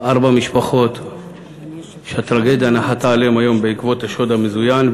ארבע משפחות שהטרגדיה נחתה עליהן היום בעקבות השוד המזוין,